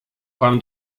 pan